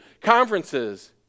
conferences